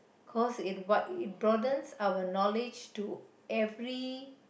cause it what it borders our knowledge to every